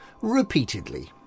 repeatedly